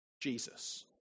Jesus